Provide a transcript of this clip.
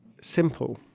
simple